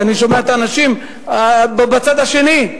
כי אני שומע את האנשים בצד השני.